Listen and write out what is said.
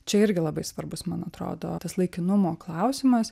čia irgi labai svarbus man atrodo tas laikinumo klausimas